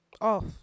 Off